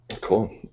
Cool